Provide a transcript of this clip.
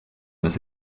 this